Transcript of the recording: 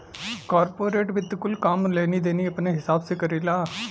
corporate वित्त कुल काम लेनी देनी अपने हिसाब से करेला